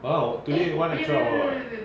!walao! today [one] three hour uh